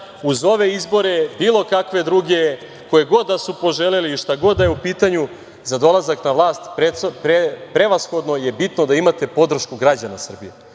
uz ove izbore, bilo kakve druge, koje god da su poželeli i šta god da je u pitanju, za dolazak na vlast prevashodno je bitno da imate podršku građana Srbije,